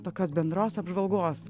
tokios bendros apžvalgos